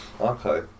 okay